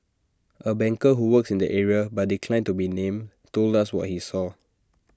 A banker who works in the area but declined to be named told us what he saw